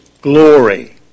glory